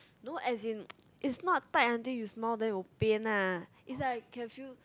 no as in it's not tight until you smile then will pain lah is like can feel